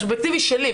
זה סובייקטיבי שלי.